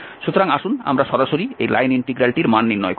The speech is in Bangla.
সুতরাং আসুন আমরা সরাসরি এই লাইন ইন্টিগ্রালটির মান নির্ণয় করি